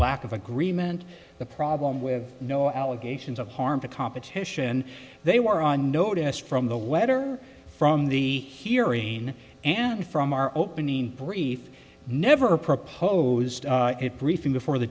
lack of agreement the problem with no allegations of harm to competition they were on notice from the wet or from the hearing and from our opening brief never proposed it briefing before the